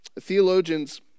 theologians